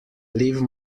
leave